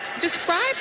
describe